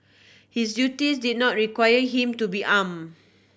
his duties did not require him to be arm